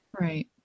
Right